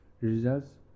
results